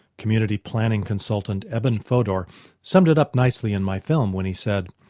community planning consultant eben fodor summed it up nicely in my film when he said,